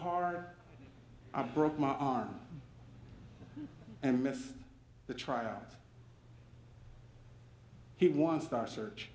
hard i broke my arm and missed the trials he won star search